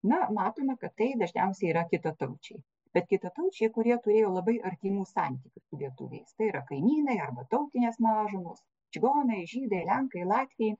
na matome kad tai dažniausiai yra kitataučiai bet kitataučiai kurie turėjo labai artimų santykių lietuviais tai yra kaimynai arba tautinės mažumos čigonai žydai lenkai latviai